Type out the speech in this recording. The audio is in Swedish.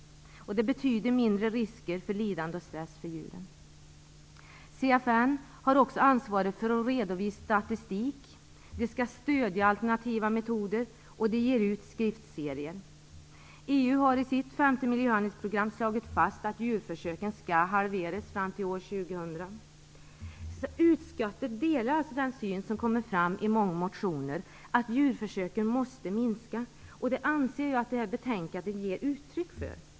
Det betyder mindre risker för lidande och stress för djuren. CFN har också ansvaret för att redovisa statistik. De skall stödja alternativa metoder, och de ger ut skriftserier. EU har i sitt femte miljöhandlingsprogram slagit fast att antalet djurförsök skall halveras fram till år Utskottet delar alltså den syn som kommer fram i många motioner, att antalet djurförsök måste minska, och det anser jag att detta betänkande ger uttryck för.